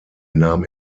nahm